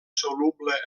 soluble